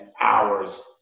hours